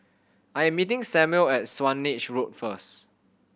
I am meeting Samual at Swanage Road first